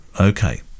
okay